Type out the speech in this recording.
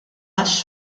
għax